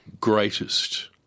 greatest